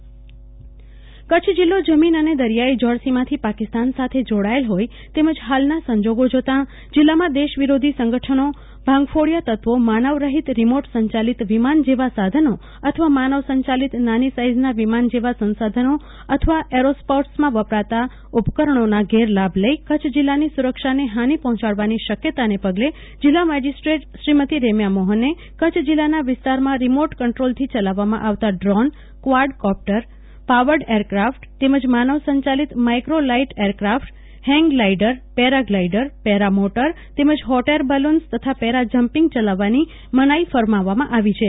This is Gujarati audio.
કલ્પના શાહ જાહેરનામું કચ્છ જિલ્લો જમીન અને દરિયાઇ જળ સીમાથી પાકિસ્તાન સાથે જોડાયેલ હોઇ તેમજ હાલના સંજોગો જોતા જિલ્લામાં દેશ વિરોધી સંગઠનો આતંકવાદીઓ અને ભાંગ ફોડીયા તત્વો માનવ રહિત રીમોટ સંચાલિત વિમાન જેવા સાધનો અથવા માનવ સંચાલિત નાની સાઈઝના વિમાન જેવા સંશાધનો અથવા એરોસ્પાર્ટસમાં વપરાતા ઉપકરણો ના ગેરલાભ લઇ કચ્છ જિલ્લાની સુરક્ષાને હાની પહોંચાડવાની શકથતા ને પગલે જિલ્લા મેજીસ્ટ્રેટ શ્રીમતી રેમ્યા મોહને કચ્છ જિલ્લાના વિસ્તારમાં રીમોટ કન્દ્રોલથી ચલાવવામાં આવતા ડ્રીન કવાડ કોપ્ટર પાવર્ડ એરક્રાફટ તેમજ માનવ સંચાલિત સંચાલિત micro light aircraft hang glider paraglider paramotor તેમજ હોટ એર બલુન્સ તથા પેરા જમ્પીંગ ચલાવવાની મનાઇ ફરમાવેલ છે